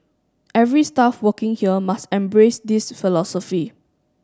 every staff working here must embrace this philosophy